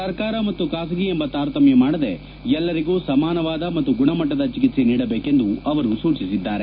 ಸರ್ಕಾರ ಮತ್ತು ಖಾಸಗಿ ಎಂಬ ತಾರತಮ್ಯ ಮಾಡದೇ ಎಲ್ಲರಿಗೂ ಸಮಾನವಾದ ಮತ್ತು ಗುಣಮಟ್ಟದ ಚಿಕಿತ್ತೆ ನೀಡಬೇಕೆಂದು ಸೂಚಿಸಿದ್ದಾರೆ